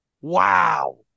Wow